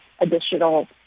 additional